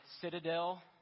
citadel